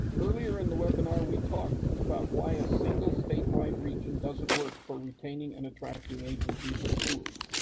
earlier in the webinar we talked about why a single statewide region doesn't work for retaining and attracting agencies and schools.